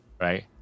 right